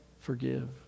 forgive